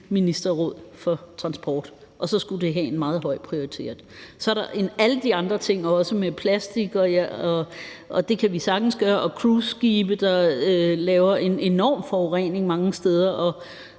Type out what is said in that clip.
ministerråd for transport, og så skulle det have en meget højt prioritet. Så er der alle de andre ting også med plastik, og det kan vi sagtens gøre, og cruiseskibe, der laver en enorm forurening mange steder, og